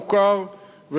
מוכר,